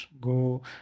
go